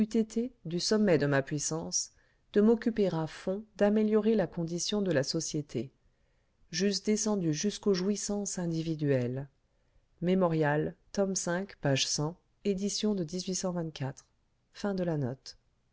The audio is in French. du sommet de ma puissance de m'occuper à fond d'améliorer la condition de la société j'eusse descendu jusqu'aux jouissances individuelles mémorial tom page édition de